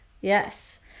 Yes